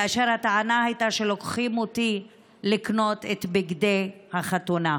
כאשר הטענה הייתה שלוקחים אותי לקנות את בגדי החתונה.